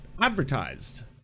advertised